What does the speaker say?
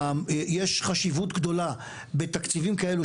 יש חשיבות גדולה בתקציבים כאלו,